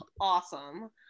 awesome